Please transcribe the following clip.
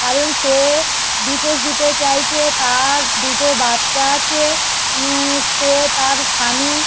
কারণ সে ডিভোর্স দিতে চাইছে তার দুটো বাচ্চা আছে সে তার সামি